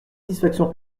satisfaction